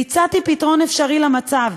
והצעתי פתרון אפשרי למצב.